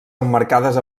emmarcades